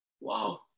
Wow